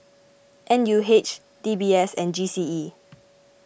N U H D B S and G C E